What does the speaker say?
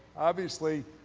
obviously,